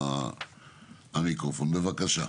בבקשה.